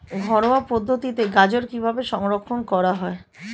ঘরোয়া পদ্ধতিতে গাজর কিভাবে সংরক্ষণ করা?